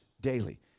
daily